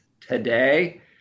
today